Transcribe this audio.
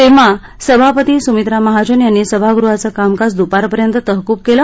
तेव्हा सभापती सुमित्रा महाजन यांनी सभागृहाचं कामकाज दुपारपर्यंत तहकूब केलं